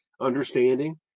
understanding